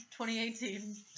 2018